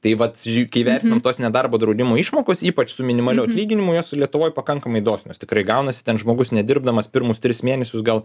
tai vat juk įvertinom tos nedarbo draudimo išmokos ypač su minimaliu atlyginimu jos lietuvoj pakankamai dosnios tikrai gaunasi ten žmogus nedirbdamas pirmus tris mėnesius gal